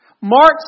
Mark